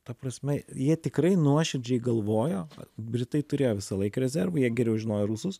ta prasme jie tikrai nuoširdžiai galvojo vat britai turėjo visąlaik rezervų jie geriau žinojo rusus